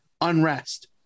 unrest